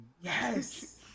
Yes